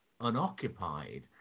unoccupied